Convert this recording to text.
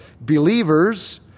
believers